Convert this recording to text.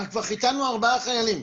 אנחנו כבר חיתנו ארבעה חיילים.